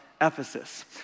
Ephesus